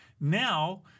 now